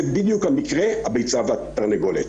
זה בדיוק המקרה הביצה והתרנגולת.